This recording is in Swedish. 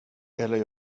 eller